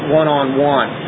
one-on-one